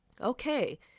Okay